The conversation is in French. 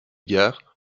gard